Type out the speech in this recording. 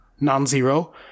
non-zero